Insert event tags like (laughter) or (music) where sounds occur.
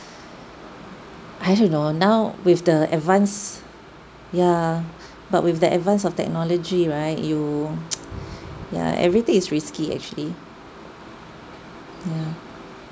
I don't know now with the advance yeah but with the advance of technology right you (noise) yeah everything is risky actually yeah